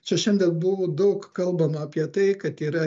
čia šiandien buvo daug kalbama apie tai kad yra